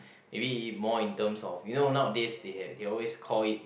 maybe more in terms of you know nowadays they had they always call it